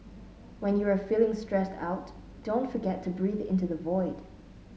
when you are feeling stressed out don't forget to breathe into the void